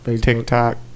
tiktok